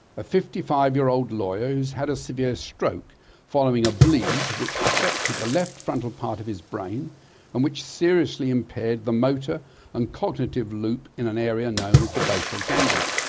a fifty-five year old lawyer who has had a severe stroke following a bleed which affected the left frontal part of his brain and which seriously impaired the motor and cognitive loop in an area known as the basal ganglia.